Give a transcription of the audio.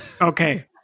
okay